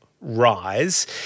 Rise